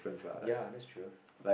ya that's true